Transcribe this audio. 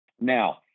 Now